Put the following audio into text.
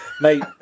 Mate